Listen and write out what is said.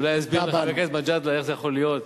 אולי יסביר לך חבר הכנסת מג'אדלה איך זה יכול להיות.